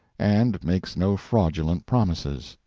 and makes no fraudulent promises.